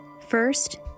first